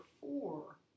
four